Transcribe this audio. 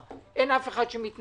אף אחד לא מתנגד.